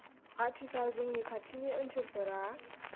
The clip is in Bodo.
आथिखाल जोंनि ओनसोलफोरा